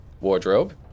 wardrobe